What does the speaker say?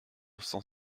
cent